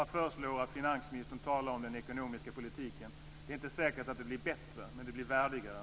Jag föreslår att finansministern talar om den ekonomiska politiken. Det är inte säkert att det blir bättre, men det blir värdigare.